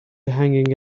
hanging